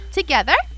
together